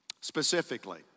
Specifically